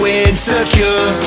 insecure